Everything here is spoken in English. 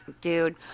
dude